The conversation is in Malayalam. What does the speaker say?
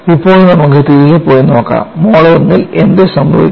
ഇപ്പോൾ നമുക്ക് തിരികെ പോയി നോക്കാം മോഡ് 1 ൽ എന്ത് സംഭവിക്കും